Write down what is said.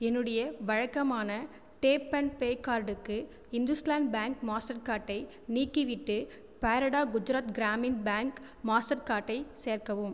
என்னுடைய வழக்கமான tap and pay கார்டுக்கு இண்துஸ்லாண்ட் பேங்க் மாஸ்டர் கார்டை நீக்கிவிட்டு பேரடா குஜராத் கிராமின் பேங்க் மாஸ்டர் கார்டை சேர்க்கவும்